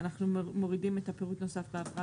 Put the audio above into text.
אנחנו מורידים את פירוט נוסף לעבירה